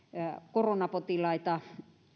koronapotilaita